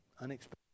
unexpected